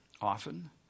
often